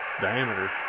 diameter